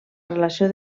relació